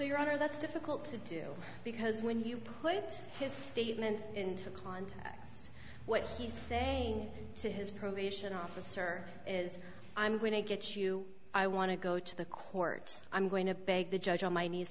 your honor that's difficult to do because when you put his statement and what he's saying to his probation officer is i'm going to get you i want to go to the court i'm going to beg the judge on my knee